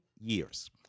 years